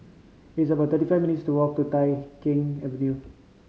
it's about thirty five minutes' to walk to Tai Keng Avenue